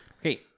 Okay